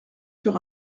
sur